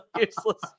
useless